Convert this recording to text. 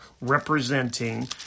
representing